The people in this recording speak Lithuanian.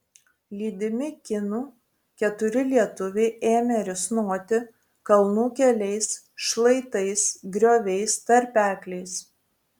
lydimi kinų keturi lietuviai ėmė risnoti kalnų keliais šlaitais grioviais tarpekliais